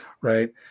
right